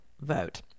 vote